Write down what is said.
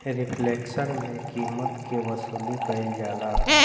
reflection में कीमत के वसूली कईल जाला